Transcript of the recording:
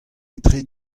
etre